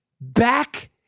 back